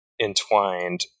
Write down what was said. entwined